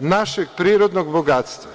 našeg prirodnog bogatstva.